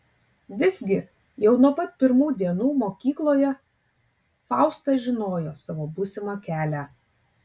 visgi jau nuo pat pirmų dienų mokykloje fausta žinojo savo būsimą kelią